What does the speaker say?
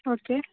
okay